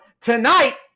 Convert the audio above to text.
tonight